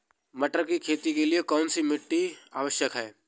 मटर की खेती के लिए कौन सी मिट्टी आवश्यक है?